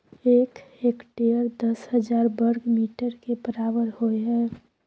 एक हेक्टेयर दस हजार वर्ग मीटर के बराबर होय हय